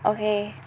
okay